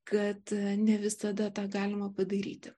kad ne visada tą galima padaryti